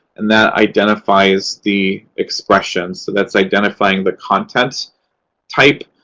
and that identifies the expression. so that's identifying the content type,